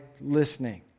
listening